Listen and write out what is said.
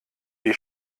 wie